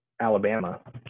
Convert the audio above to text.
Alabama